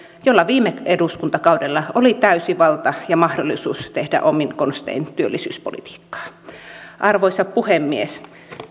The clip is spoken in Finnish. jolla viime eduskuntakaudella oli täysi valta ja mahdollisuus tehdä omin konstein työllisyyspolitiikkaa arvoisa puhemies